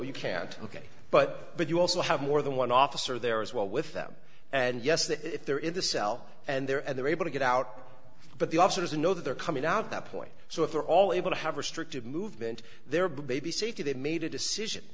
you can't ok but but you also have more than one officer there as well with them and yes that if they're in the cell and they're and they're able to get out but the officers know that they're coming out of that point so if they're all able to have restricted movement their baby safety they made a decision